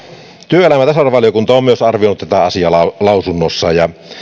työelämä ja tasa arvovaliokunta on myös arvioinut tätä asiaa lausunnossaan ja